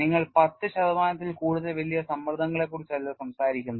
നിങ്ങൾ 10 ശതമാനത്തിൽ കൂടുതൽ വലിയ സമ്മർദ്ദങ്ങളെക്കുറിച്ചല്ല സംസാരിക്കുന്നത്